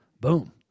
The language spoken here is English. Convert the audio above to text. boom